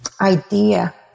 idea